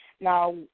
Now